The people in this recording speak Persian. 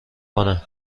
کنه